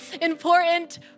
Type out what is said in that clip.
important